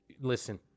listen